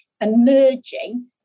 emerging